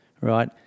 right